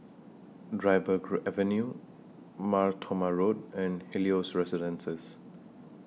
Dryburgh Avenue Mar Thoma Road and Helios Residences